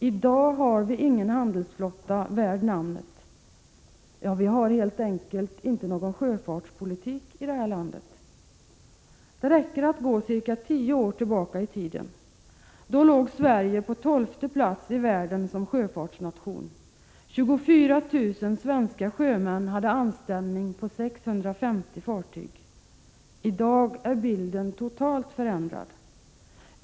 I dag har vi ingen handelsflotta värd namnet. Vi har helt enkelt inte någon sjöfartspolitik i det här landet. Det räcker att gå cirka tio år tillbaka i tiden. Då låg Sverige på tolfte plats i världen som sjöfartsnation. 24 000 svenska sjömän hade anställning på 650 fartyg. I dag är bilden totalt förändrad.